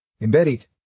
Embedded